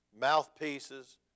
mouthpieces